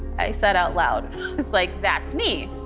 i said out loud like that's me.